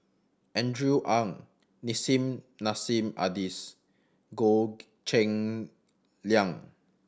Andrew Ang Nissim Nassim Adis Goh Cheng Liang